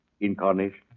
incarnation